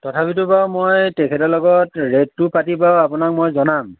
তথাপিটো বাৰু মই তেখেতৰ লগত ৰেডটো পাতি বাৰু আপোনাক মই জনাম